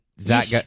Zach